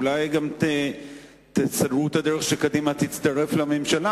אולי גם תסללו את הדרך לכך שקדימה תצטרף לממשלה,